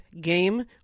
game